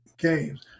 Games